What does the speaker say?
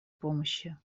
помощи